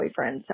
boyfriends